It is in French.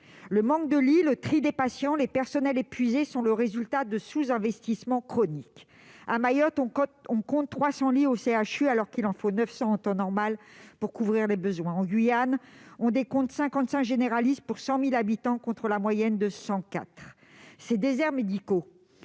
Le manque de lits, le tri des patients, les personnels épuisés sont le résultat de sous-investissements chroniques. À Mayotte, on compte 300 lits au CHU alors qu'il en faut 900 en temps normal pour couvrir les besoins. En Guyane, on décompte 55 généralistes pour 100 000 habitants, alors que la moyenne nationale est de 104. Ces déserts médicaux